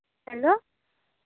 hello